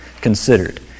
considered